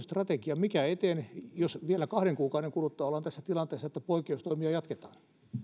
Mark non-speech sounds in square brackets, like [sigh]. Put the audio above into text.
[unintelligible] strategia mikä eteen jos vielä kahden kuukauden kuluttua ollaan tässä tilanteessa että poikkeustoimia jatketaan